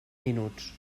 minuts